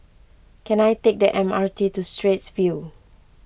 can I take the M R T to Straits View